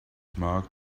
marked